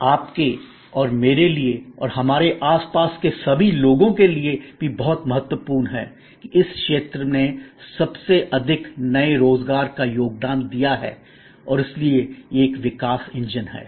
आपके और मेरे लिए और हमारे आसपास के सभी लोगों के लिए भी बहुत महत्वपूर्ण है कि इस क्षेत्र ने सबसे अधिक नए रोजगार का योगदान दिया है और इसलिए यह एक विकास इंजन है